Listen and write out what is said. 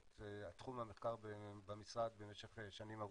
תחום המחקר במשרד במשך שנים ארוכות.